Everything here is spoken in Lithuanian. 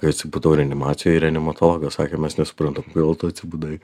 kai atsibudau reanimacijoj reanimatologas sakė mes nesuprantam kodėl tu atsibudai